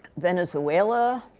venezuela.